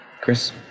Chris